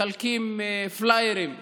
מחלקים פלאיירים ברחובות,